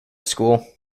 school